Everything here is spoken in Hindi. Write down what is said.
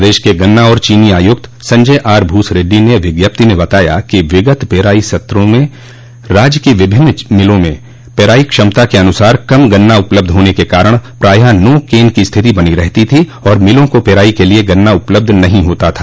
प्रदेश के गन्ना और चीनी आयुक्त संजय आर भूस रेड्डी ने विज्ञप्ति में बताया कि विगत पेराई सत्रों में राज्य की विभिन्न मिलों में पेराई क्षमता के अनुसार कम गन्ना उपलब्ध होने के कारण प्राय नो केन की स्थिति बनी रहती थी और मिलों को पेराई के लिये गन्ना उपलब्ध नहीं होता था